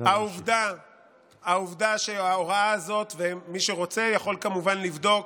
העובדה שההוראה הזאת, ומי שרוצה יכול כמובן לבדוק.